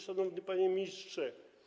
Szanowny Panie Ministrze!